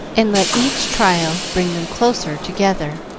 and let each trial bring them closer together.